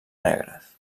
negres